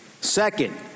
Second